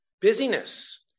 Busyness